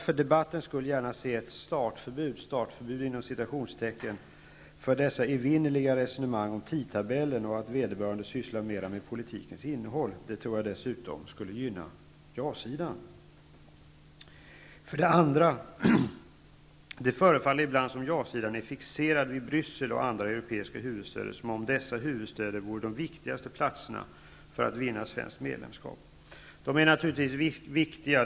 För debattens skull skulle jag därför gärna vilja se ett ''startförbud'' för dessa evinnerliga resonemang om tidtabellen och att vederbörande sysslar mer med politikens innehåll. Det tror jag dessutom skulle gynna ja-sidan. För det andra förefaller det ibland som om ja-sidan är fixerad vid Bryssel och andra europeiska huvudstäder, som om dessa huvudstäder vore de viktigaste platserna för att vinna svenskt medlemskap. De är naturligtvis viktiga.